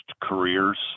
careers